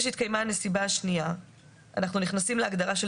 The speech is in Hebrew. כאשר התקיימה הנסיבה השנייה אנחנו נכנסים להגדרה של